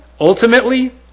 ultimately